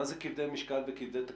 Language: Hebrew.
מה זה כבדי משקל וכבדי תקציב?